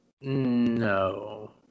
no